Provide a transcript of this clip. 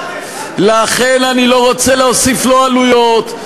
לכן אני לא רוצה להוסיף עלויות,